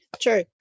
True